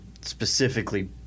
specifically